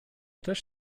też